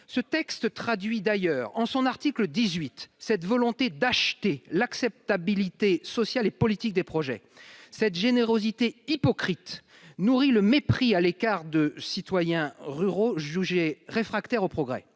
ce texte traduit d'ailleurs en son article dix-huit cette volonté d'acheter l'acceptabilité sociale et politique des projets cette générosité hypocrite nourri le mépris à l'écart de citoyens ruraux jugé réfractaire au progrès